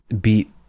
beat